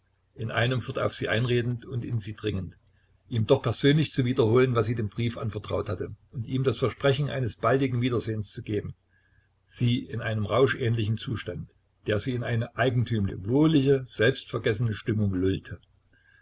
in einemfort auf sie einredend und in sie dringend ihm doch persönlich zu wiederholen was sie dem brief anvertraut hatte und ihm das versprechen eines baldigen wiedersehens zu geben sie in einem rauschähnlichen zustand der sie in eine eigentümlich wohlige selbstvergessene stimmung lullte